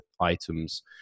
items